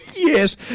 Yes